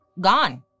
gone